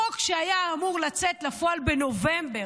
חוק שהיה אמור לצאת לפועל בנובמבר,